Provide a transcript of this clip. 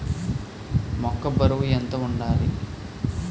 మొక్కొ బరువు ఎంత వుండాలి?